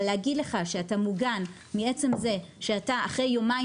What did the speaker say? אבל להגיד לך שאתה מוגן מעצם זה שאחרי יומיים